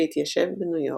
והתיישב בניו יורק.